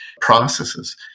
processes